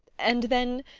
and then